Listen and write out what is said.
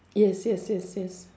yes yes yes yes